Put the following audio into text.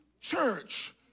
church